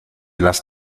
las